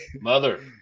mother